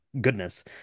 goodness